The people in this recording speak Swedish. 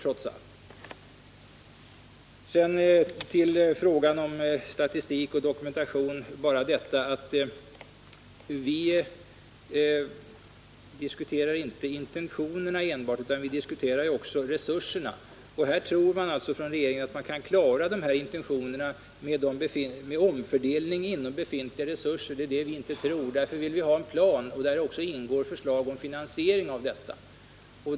När det gäller frågan om statistik och dokumentation vill jag bara säga att vi inte diskuterar enbart intentionerna, utan vi diskuterar också resurserna. Regeringen tror alltså att man kan klara de här intentionerna med omfördelning av befintliga resurser. Det tror inte vi, och därför vill vi ha en plan där även förslag om finansiering ingår.